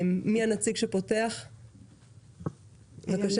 חנה, בבקשה.